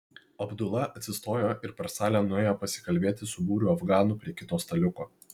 abdula atsistojo ir per salę nuėjo pasikalbėti su būriu afganų prie kito staliuko